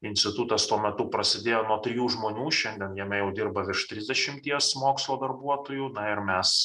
institutas tuo metu prasidėjo nuo trijų žmonių šiandien jame jau dirba virš trisdešimties mokslo darbuotojų na ir mes